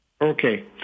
Okay